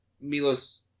Milos